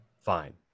fine